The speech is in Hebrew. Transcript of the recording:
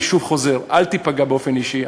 אני שוב חוזר: אל תיפגע באופן אישי.